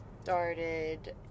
started